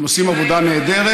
הם עושים עבודה נהדרת,